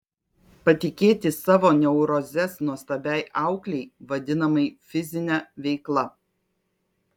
patikėti savo neurozes nuostabiai auklei vadinamai fizine veikla